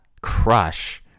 Crush